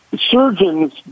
Surgeons